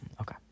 Okay